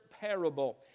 parable